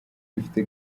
ifite